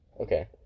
Okay